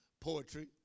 poetry